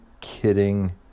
kidding